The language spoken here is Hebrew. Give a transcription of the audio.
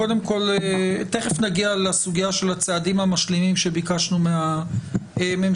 קודם כל תיכף נגיע לסוגיה של הצעדים המשלימים שביקשנו מהממשלה,